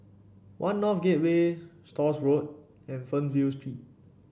One North Gateway Stores Road and Fernvale Street